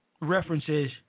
references